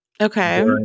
okay